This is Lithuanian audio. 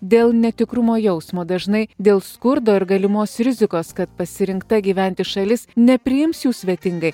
dėl netikrumo jausmo dažnai dėl skurdo ir galimos rizikos kad pasirinkta gyventi šalis nepriims jų svetingai